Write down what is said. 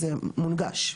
אי אפשר להגיד שזה אזור אישי,